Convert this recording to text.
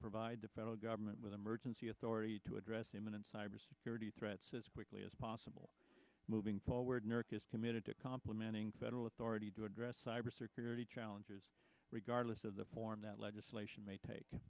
provide the federal government with emergency authority to address imminent cybersecurity threats as quickly as possible moving forward in iraq is committed to complementing federal authority to address cyber security challenges regardless of the form that legislation may take